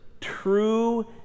true